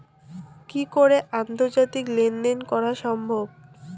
কি করে আন্তর্জাতিক লেনদেন করা সম্ভব?